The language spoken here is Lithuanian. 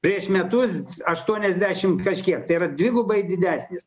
prieš metus aštuoniasdešim kažkiek tai yra dvigubai didesnis